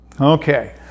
Okay